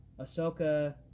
Ahsoka